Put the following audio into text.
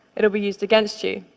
it'll be used against you.